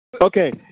Okay